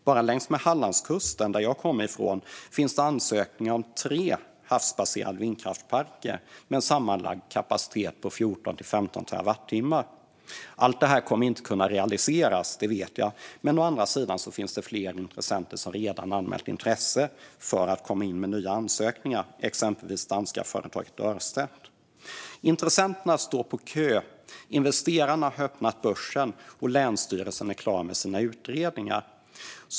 Bara längs med Hallandskusten, där jag kommer ifrån, finns det ansökningar om tre havsbaserade vindkraftsparker med en sammanlagd kapacitet på 14-15 terawattimmar. Jag vet att allt detta inte kommer att kunna realiseras, men å andra sidan har fler intressenter redan anmält intresse för att komma in med nya ansökningar, exempelvis det danska företaget Ørsted. Intressenterna står på kö, investerarna har öppnat sin börs och länsstyrelsens utredningar är klara.